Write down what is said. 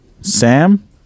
Sam